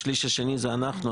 השליש השני זה אנחנו,